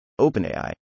OpenAI